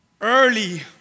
Early